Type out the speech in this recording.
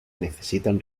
necesitan